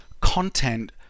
content